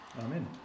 Amen